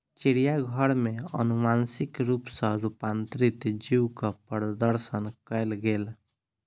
चिड़ियाघर में अनुवांशिक रूप सॅ रूपांतरित जीवक प्रदर्शन कयल गेल